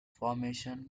formation